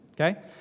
Okay